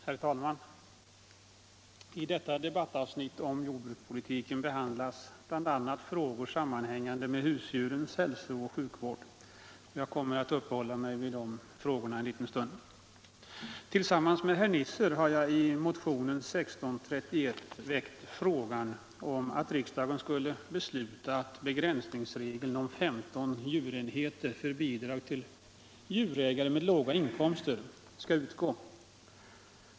Herr talman! I detta debattavsnitt om jordbrukspolitiken behandlas bl.a. frågor sammanhängande med husdjurens hälsooch sjukvård. Jag kommer att uppehålla mig vid de frågorna en liten stund. Tillsammans med herr Nisser har jag i motionen 1631 väckt frågan om att riksdagen beslutar att begränsningsregeln om 15 djurenheter för bidrag till djurägare med låga inkomster skall utgå.